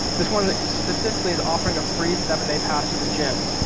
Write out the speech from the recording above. this one specifically is offering a free, seven day pass to the gym.